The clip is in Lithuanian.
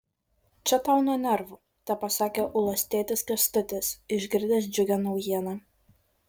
čia tau nuo nervų tepasakė ulos tėtis kęstutis išgirdęs džiugią naujieną